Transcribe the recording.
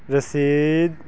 ਰਸੀਦ